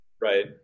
Right